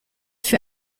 für